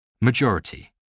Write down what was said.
Majority